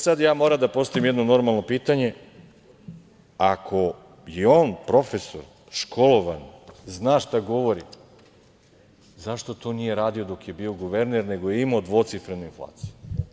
Sada ja moram da postavim jedno normalno pitanje – ako je on profesor, školovan, zna šta govori, zašto to nije radio dok je bio guverner, nego je imao dvocifrenu inflaciju?